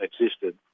existed